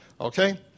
Okay